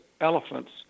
elephants